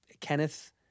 Kenneth